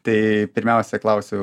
tai pirmiausia klausiu